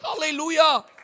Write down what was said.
Hallelujah